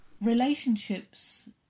relationships